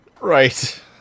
Right